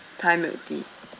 thai milk tea